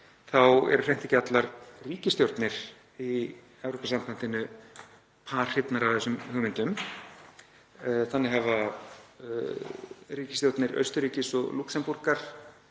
eru hreint ekki allar ríkisstjórnir í Evrópusambandinu par hrifnar af þessum hugmyndum. Þannig hafa ríkisstjórnir Austurríkis og Lúxemborgar